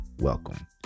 welcome